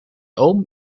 oom